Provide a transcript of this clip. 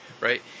Right